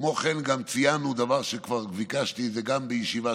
כמו כן ציינו דבר שכבר ביקשתי גם בישיבה